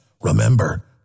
Remember